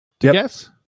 Yes